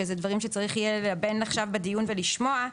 זה דברים שצריך יהיה ללבן עכשיו בדיון ולשמוע.